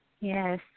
Yes